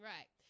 Right